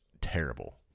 terrible